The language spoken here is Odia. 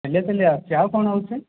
ତେଲିଆ ତେଲିଆ ଆସୁଛି ଆଉ କ'ଣ ହେଉଛି